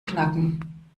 knacken